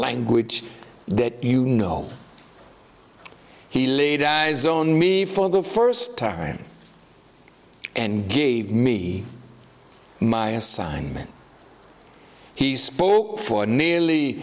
language that you know he laid eyes on me for the first time and gave me my assignment he spoke for nearly